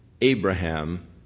Abraham